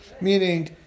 meaning